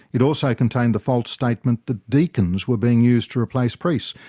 it also contained the false statement that deacons were being used to replace priests.